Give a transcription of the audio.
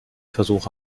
versuche